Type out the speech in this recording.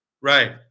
Right